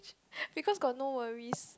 because got no worries